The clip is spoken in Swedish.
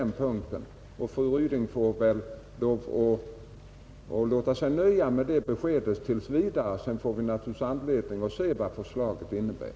Fru Ryding får låta sig nöja med det beskedet tills vidare — sedan får vi se vad förslaget innebär.